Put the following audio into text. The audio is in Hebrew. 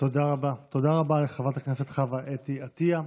תודה רבה לחברת הכנסת חוה אתי עטייה.